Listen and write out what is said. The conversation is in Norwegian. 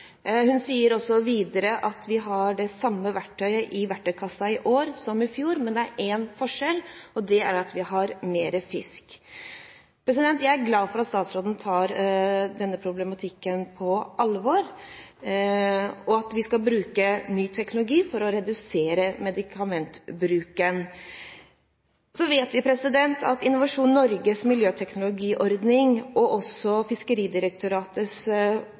verktøykassa i år som i fjor, men det er en forskjell, og det er at vi har mer fisk. Jeg er glad for at statsråden tar denne problematikken på alvor, og for at vi skal bruke ny teknologi for å redusere medikamentbruken. Så vet vi at man med Innovasjon Norges miljøteknologiordning og også med Fiskeridirektoratets